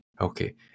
Okay